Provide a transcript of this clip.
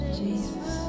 jesus